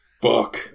Fuck